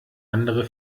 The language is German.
andere